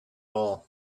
all